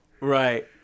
Right